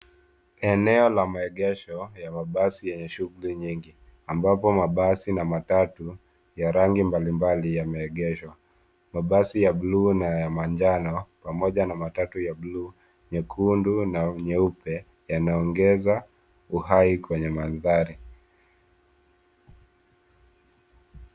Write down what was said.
Eneo la maegesha ya mabasi yenye shuguli nyingi ambapo mabasi na matatu ya rangi mbalimbali yameegeshwa. Mabasi ya buluu na ya manjano pamoja na matatu ya buluu nyekundu na nyeupe yanaongeza uhai kwenye mandhari.